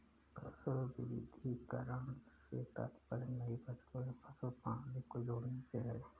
फसल विविधीकरण से तात्पर्य नई फसलों या फसल प्रणाली को जोड़ने से है